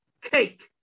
Cake